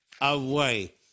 away